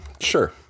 sure